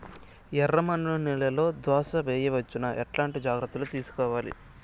ఎర్రమన్ను నేలలో దోస వేయవచ్చునా? ఎట్లాంటి జాగ్రత్త లు తీసుకోవాలి?